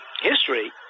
history